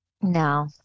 No